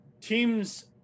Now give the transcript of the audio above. teams